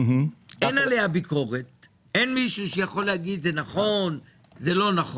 אין עליה ביקורת או מישהו שיכול להגיד אם זה נכון או לא,